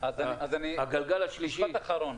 הגלגל השלישי.